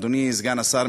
אדוני סגן השר,